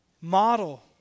Model